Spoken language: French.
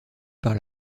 par